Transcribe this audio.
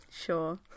Sure